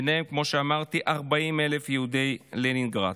ובהם, כמו שאמרתי, 40,000 יהודי לנינגרד.